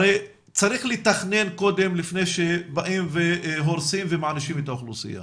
הרי צריך לתכנן קודם לפני שבאים והורסים ומענישים את האוכלוסייה.